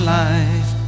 life